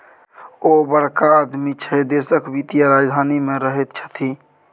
ओ बड़का आदमी छै देशक वित्तीय राजधानी मे रहैत छथि